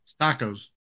Tacos